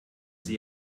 sie